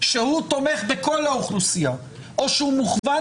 שהוא תומך בכל האוכלוסייה או שהוא מוכוון